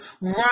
run